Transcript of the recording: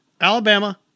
Alabama